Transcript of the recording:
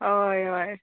हय हय